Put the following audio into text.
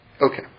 Okay